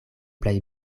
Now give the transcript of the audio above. plej